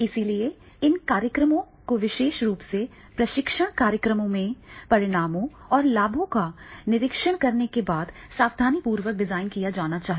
इसलिए इन कार्यक्रमों को विशेष रूप से प्रशिक्षण कार्यक्रमों के परिणामों और लाभों का निरीक्षण करने के बाद सावधानीपूर्वक डिजाइन किया जाना चाहिए